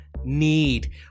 need